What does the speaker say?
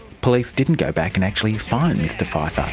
police didn't go back and actually fine mr pfiefer.